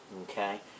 okay